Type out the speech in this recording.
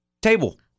table